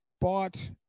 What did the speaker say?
bought